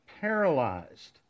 paralyzed